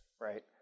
right